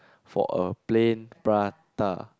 for a plain prata